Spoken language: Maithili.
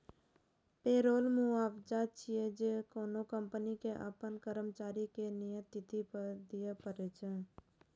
पेरोल मुआवजा छियै, जे कोनो कंपनी कें अपन कर्मचारी कें नियत तिथि पर दियै पड़ै छै